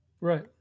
Right